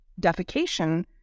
defecation